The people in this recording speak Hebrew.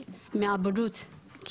מעבדות,